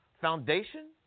foundation